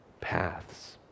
paths